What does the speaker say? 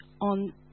on